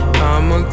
I'ma